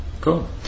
Cool